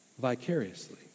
vicariously